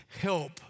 Help